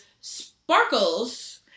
sparkles